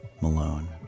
Malone